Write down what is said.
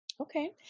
Okay